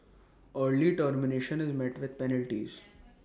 early termination is met with penalties